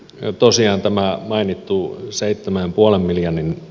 ja tosiaan tämä mainittuun seittemän puolen miljan